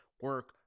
Work